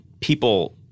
people